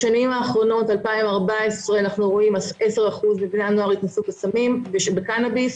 בשנים האחרונות מ-2014 רואים ש-10% מבני הנוער התנסו בסמים וקנאביס,